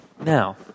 Now